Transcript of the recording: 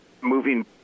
moving